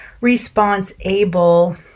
response-able